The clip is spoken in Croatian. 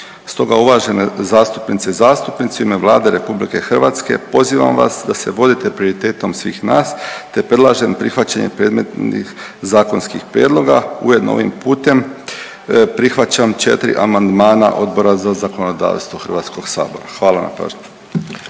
Stoga uvažene zastupnice i zastupnici, u ime Vlade RH pozivam vas da se vodite prioritetom svih nas te predlažem prihvaćanje predmetnih zakonskih prijedloga, ujedno ovim putem prihvaćam 4 amandmana Odbora za zakonodavstvo HS-a. Hvala na pažnji.